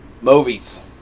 Movies